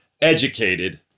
educated